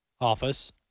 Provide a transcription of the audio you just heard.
office